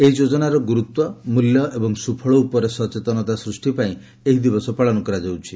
ଏହି ଯୋଜନାର ଗୁରୁତ୍ୱ ମୂଲ୍ୟ ଏବଂ ସୁଫଳ ଉପରେ ସଚେତନତା ସୃଷ୍ଟି ପାଇଁ ଏହି ଦିବସ ପାଳନ କରାଯାଉଛି